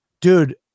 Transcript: Dude